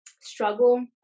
struggle